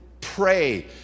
pray